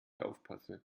aufpasse